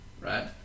right